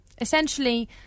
essentially